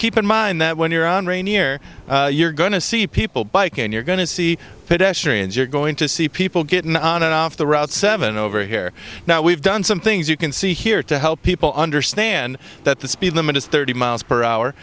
keep in mind that when you're on rainier you're going to see people bike and you're going to see pit ashura and you're going to see people get in on and off the route seven over here now we've done some things you can see here to help people understand that the speed limit is thirty miles per hour